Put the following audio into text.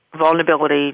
vulnerability